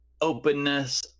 openness